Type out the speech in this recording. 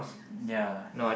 ya